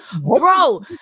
bro